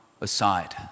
aside